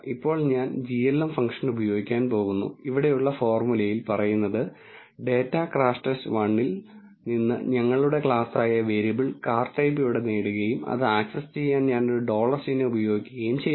ഇപ്പോൾ ഞാൻ glm function ഉപയോഗിക്കാൻ പോകുന്നു ഇവിടെയുള്ള ഫോർമുലയിൽ പറയുന്നത് ഡാറ്റ crashTest 1 ൽ നിന്ന് ഞങ്ങളുടെ ക്ലാസായ വേരിയബിൾ കാർ ടൈപ്പ് ഇവിടെ നേടുകയും അത് ആക്സസ് ചെയ്യാൻ ഞാൻ ഒരു ഡോളർ ചിഹ്നം ഉപയോഗിക്കുകയും ചെയ്യുന്നു